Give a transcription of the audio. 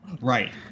right